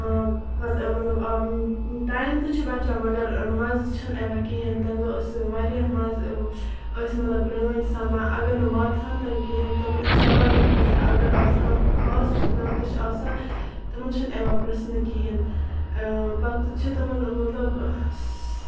اۭں پَتہٕ مطلب ٹایم تہِ چھُ بَچان مَگر مَزٕ چھُنہٕ یِوان کِہیٖنۍ نہٕ تَمہِ دۄہ اوس واریاہ مَزٕ ٲسۍ مطلب پرٲنۍ سَمان اَگر نہٕ واتہَن تہِ نہٕ کِہیٖنۍ تہٕ تِمَن ٲسۍ ساروٮ۪ن پریژَھان اَگر آز کانہہ خاص رِشتہٕ دار تہِ چھُ آسان تِمَن چھُنہٕ یِوان پرٮ۪ژھنہٕ کِہیٖنۍ نہٕ پَتہٕ چھُ تِمَن مطلب